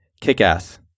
Kick-Ass